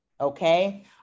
okay